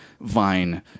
Vine